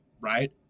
Right